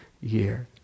year